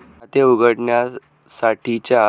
खाते उघडण्यासाठीच्या